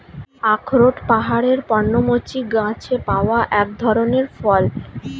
আখরোট পাহাড়ের পর্ণমোচী গাছে পাওয়া এক ধরনের ফল